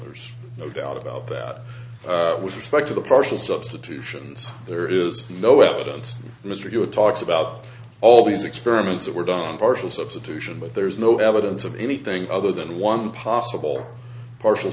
there's no doubt about that with respect to the partial substitution there is no evidence mr hewitt talks about all these experiments that were done partial substitution but there is no evidence of anything other than one possible partial